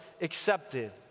accepted